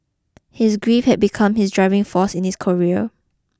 his grief had become his driving force in his career